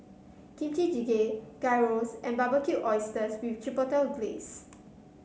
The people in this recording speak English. Kimchi Jjigae Gyros and Barbecued Oysters with Chipotle Glaze